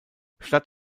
statt